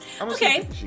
okay